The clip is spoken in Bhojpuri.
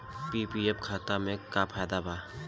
पी.पी.एफ खाता के का फायदा बा?